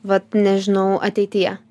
vat nežinau ateityje